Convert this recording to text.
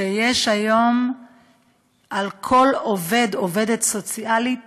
שיש היום על כל עובדת סוציאלית